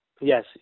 Yes